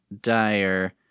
dire